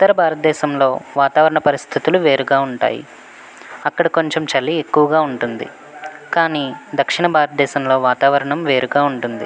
ఉత్తర భారతదేశంలో వాతావరణ పరిస్థితులు వేరుగా ఉంటాయి అక్కడ కొంచెం చలి ఎక్కువగా ఉంటుంది కానీ దక్షిణ భారతదేశంలో వాతావరణం వేరుగా ఉంటుంది